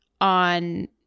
on